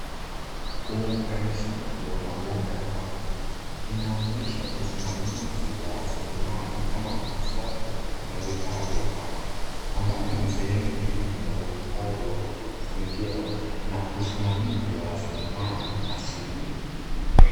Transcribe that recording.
Uunganishaji wa mabomba ya maji, yanaonyesha usimamizi wa raslimali kama maji safi na vifaa vya afya, ambavyo ni sehemu muhimu ya uhifadhi wa mazingira, na usimamizi wa raslimali asili.